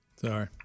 sorry